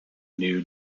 new